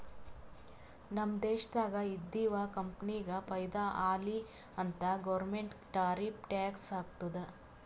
ನಮ್ ದೇಶ್ದಾಗ್ ಇದ್ದಿವ್ ಕಂಪನಿಗ ಫೈದಾ ಆಲಿ ಅಂತ್ ಗೌರ್ಮೆಂಟ್ ಟಾರಿಫ್ ಟ್ಯಾಕ್ಸ್ ಹಾಕ್ತುದ್